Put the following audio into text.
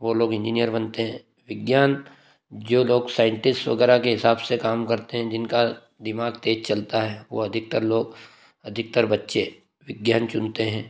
वो लोग इंजीनियर बनते हैं विज्ञान जो लोग साइंटिस्ट वगैरह के हिसाब से काम करते हैं जिनका दिमाग तेज़ चलता है वो अधिकतर लोग अधिकतर बच्चे विज्ञान चुनते हैं